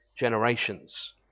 generations